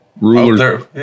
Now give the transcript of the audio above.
rulers